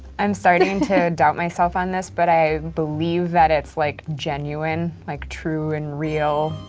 i'm starting to doubt myself on this, but i believe that it's like genuine, like true and real.